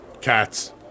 Cats